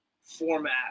format